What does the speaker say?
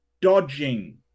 dodging